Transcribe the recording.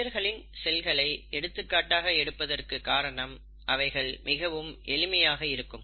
மனிதர்களின் செல்களை எடுத்துக்காட்டாக எடுப்பதற்கு காரணம் அவைகள் மிகவும் எளிமையாக இருக்கும்